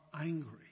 angry